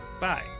Bye